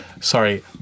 Sorry